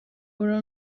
una